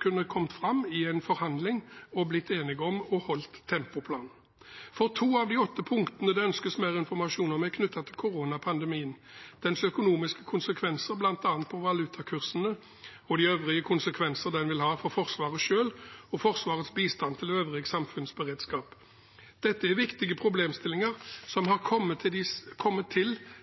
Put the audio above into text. kunne kommet fram i en forhandling, slik at man kunne blitt enige og kunne holdt tempoplanen. To av de åtte punktene det ønskes mer informasjon om, er knyttet til koronapandemien og dens økonomiske konsekvenser, bl.a. for valutakursene og øvrige konsekvenser den vil ha for Forsvaret selv og Forsvarets bistand til øvrig samfunnsberedskap. Dette er viktige problemstillinger som har kommet til